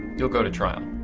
you'll go to trial.